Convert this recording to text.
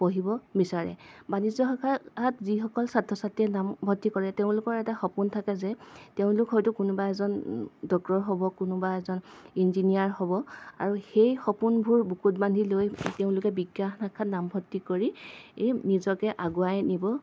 পঢ়িব বিচাৰে বাণিজ্য শাখাত যিসকল ছাত্ৰ ছাত্ৰীয়ে নামভৰ্তি কৰে তেওঁলোকৰ এটা সপোন থাকে যে তেওঁলোক হয়তো কোনোবা এজন ডক্টৰ হ'ব কোনোবা এজন ইঞ্জিনিয়াৰ হ'ব আৰু সেই সপোনবোৰ বুকুত বান্ধি লৈ তেওঁলোকে বিজ্ঞান শাখাত নামভৰ্তি কৰি এই নিজকে আগুৱাই নিব